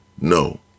No